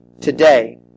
today